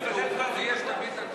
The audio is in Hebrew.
עליו.